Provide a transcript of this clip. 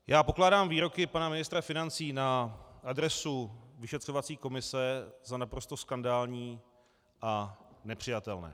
Já pokládám výroky pana ministra financí na adresu vyšetřovací komise za naprosto skandální a nepřijatelné.